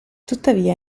tuttavia